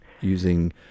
using